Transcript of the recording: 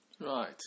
Right